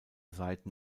seiten